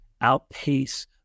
outpace